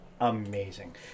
amazing